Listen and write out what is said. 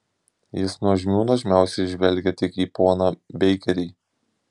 jis nuožmių nuožmiausiai žvelgia tik į poną beikerį